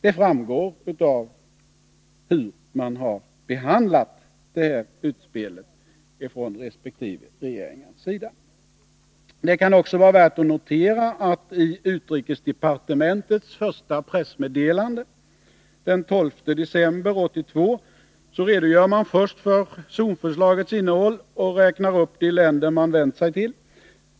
Det framgår av hur man behandlat det här utspelet från resp. regeringars sida. Det kan också vara värt att notera att man i utrikesdepartementets första pressmeddelande den 12 december 1982 först redogör för zonförslagets innehåll och räknar upp de länder som man har vänt sig till.